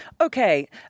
Okay